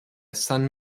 sun